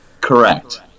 correct